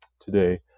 today